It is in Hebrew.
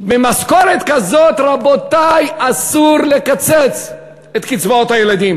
ממשכורת כזאת, רבותי, אסור לקצץ את קצבאות הילדים.